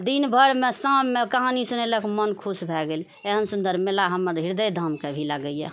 दिन भरमे शाममे कहानी सुनेलक मन खुश भए गेल एहन सुन्दर मेला हमर हृदय धाम कऽ भी लागैए